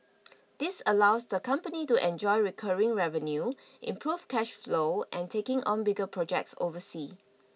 this allows the company to enjoy recurring revenue improve cash flow and taking on bigger projects oversea